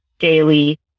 daily